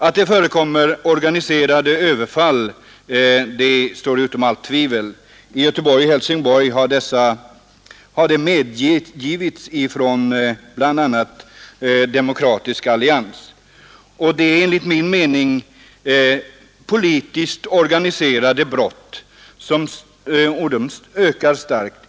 Att det förekommer organiserade överfall står utom allt tvivel. I Göteborg och Helsingborg medges detta förhållande av Demokratisk allians. Dessa enligt min mening politiskt organiserade brott ökar starkt.